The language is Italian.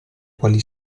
quali